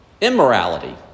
immorality